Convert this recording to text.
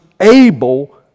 able